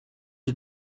you